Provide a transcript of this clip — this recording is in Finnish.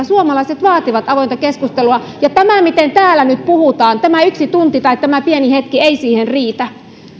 suomalaiset vaativat avointa keskustelua ja tämä miten täällä nyt puhutaan yksi tunti tai tämä pieni hetki ei siihen riitä